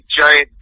giant